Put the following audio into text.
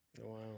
wow